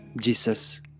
Jesus